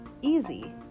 easy